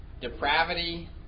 Depravity